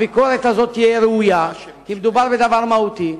הביקורת הזאת תהיה ראויה, כי מדובר בדבר מהותי.